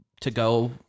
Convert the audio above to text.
to-go